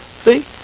See